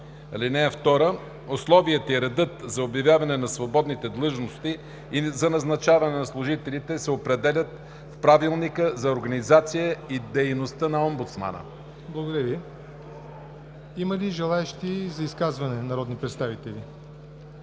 (2) Условията и редът за обявяване на свободните длъжности и за назначаване на служителите се определят в Правилника за организацията и дейността на омбудсмана.“ ПРЕДСЕДАТЕЛ ЯВОР НОТЕВ: Благодаря Ви. Има ли желаещи за изказване народни представители